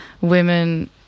women